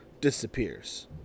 disappears